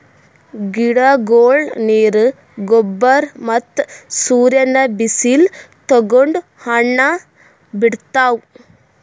ಗಿಡಗೊಳ್ ನೀರ್, ಗೊಬ್ಬರ್ ಮತ್ತ್ ಸೂರ್ಯನ್ ಬಿಸಿಲ್ ತಗೊಂಡ್ ಹಣ್ಣ್ ಬಿಡ್ತಾವ್